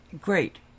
Great